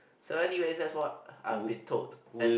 so anyways that's what I've been told and